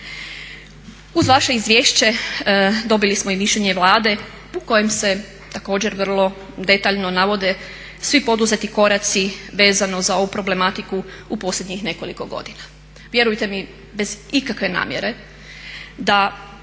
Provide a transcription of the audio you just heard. Uz vaše izvješće dobili smo i mišljenje Vlade u kojem se također vrlo detaljno navode svi poduzeti koraci vezano za ovu problematiku u posljednjih nekoliko godina. Vjerujte mi bez ikakve namjere da